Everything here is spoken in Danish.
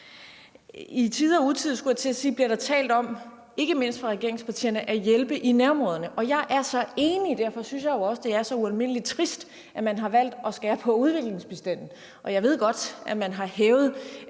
I tide og utide – skulle jeg til at sige – bliver der talt om, ikke mindst fra regeringspartiernes side, at hjælpe i nærområderne, og jeg er så enig. Derfor synes jeg jo også, at det er så ualmindelig trist, at man har valgt at skære på udviklingsbistanden. Jeg ved godt, at man har hævet